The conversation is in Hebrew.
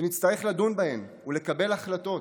ונצטרך לדון בהן ולקבל החלטות.